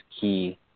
key